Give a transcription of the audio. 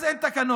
אז אין תקנות,